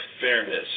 fairness